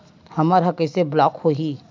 हमर ह कइसे ब्लॉक होही?